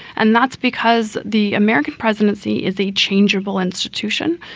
and that's because the american presidency is a changeable institution.